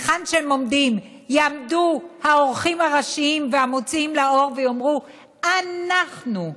היכן שהם עומדים יעמדו העורכים הראשיים והמוציאים לאור ויאמרו: אנחנו,